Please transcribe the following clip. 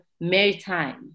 maritime